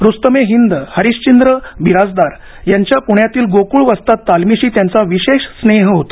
रुस्तम ए हिंद हरिश्चंद्र बिराजदार यांच्या पुण्यातील गोकुळ वस्ताद तालमीशी त्यांचा विशेष स्नेह होता